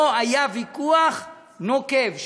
פה היה ויכוח נוקב,